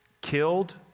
killed